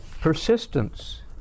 persistence